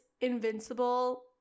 invincible